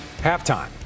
Halftime